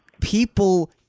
People